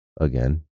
again